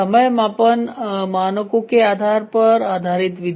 समय मापन मानकों के आधार पर आधारित विधि